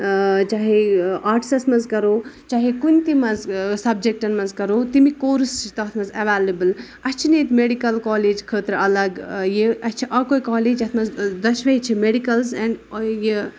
چاہے آرٹسس منٛز کرو چاہے کُنہِ تہِ منٛز سَبجیٚکٹن منٛز کرو تمِکۍ کورس چھ تَتھ منٛز ایٚولیبٕل اَسہِ چھِنہٕ ییٚتہِ میڈِکل کالج خٲطرٕ الگ یہِ اَسہِ چھُ اَکُے کالج یَتھ منٛز دوٚشوے چھِ میڈِکلٕز اینٛڈ یہِ